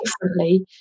differently